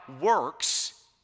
works